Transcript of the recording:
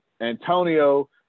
Antonio